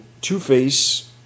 Two-Face